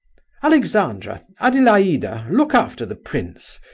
alexandra, adelaida, look after the prince!